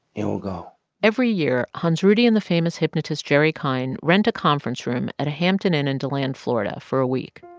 will go every year, hansruedi and the famous hypnotist jerry kein rent a conference room at a hampton inn in deland, fla, and for a week.